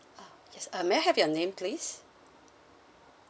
uh yes uh may I have your name please